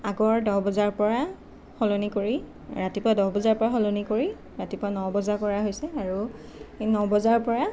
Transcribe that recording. আগৰ দহ বজাৰ পৰা সলনি কৰি ৰাতিপুৱা দহ বজাৰ পৰা সলনি কৰি ৰাতিপুৱা ন বজা কৰা হৈছে আৰু এই ন বজাৰ পৰা